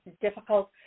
difficult